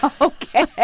Okay